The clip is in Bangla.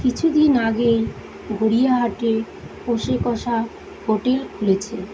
কিছু দিন আগে গড়িয়াহাটে কোষে কষা হোটেল খুলেছে